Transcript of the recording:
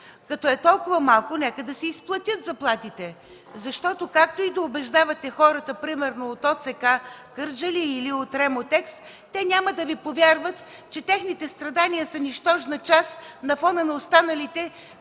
Като е толкова малко, нека да се изплатят заплатите. Защото както и да убеждавате хората, примерно от ОЦК-Кърджали или от „Ремотекс”, те няма да Ви повярват, че техните страдания са нищожна част на фона на останалите,